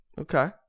Okay